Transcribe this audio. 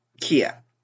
Kia